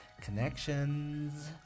connections